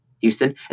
Houston